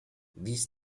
this